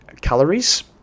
calories